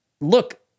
look